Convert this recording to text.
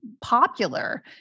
popular